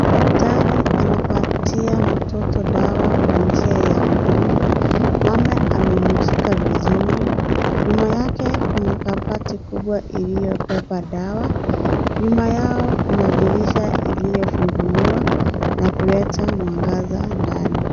Daktari anapatia mtoto dawa kwa njia ya mdomo. Mama amemshika vizuri. Nyuma yake, kuna kabati kubwa iliyobeba dawa. Nyuma yao, kuna dirisha iliyofunguliwa na kuleta mwangaza ndani.